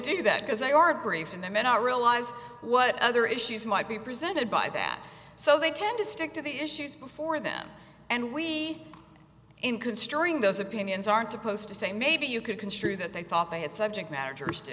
do that because they are briefed and then i realize what other issues might be presented by that so they tend to stick to the issues before them and we in considering those opinions aren't supposed to say maybe you could construe that they thought they had subject matter